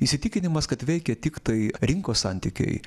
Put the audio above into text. įsitikinimas kad veikia tiktai rinkos santykiai